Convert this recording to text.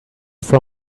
from